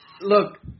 look –